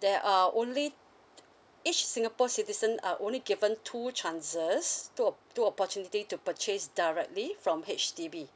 there are only each singapore citizen are only given two chances two opp~ two opportunity to purchase directly from H_D_B